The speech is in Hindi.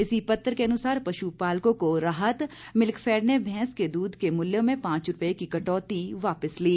इसी पत्र के अनुसार पशु पालकों को राहत मिल्कफेड ने भैंस के दूध के मूल्य में पांच रूपए की कटौती वापस ली